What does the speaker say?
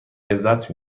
لذت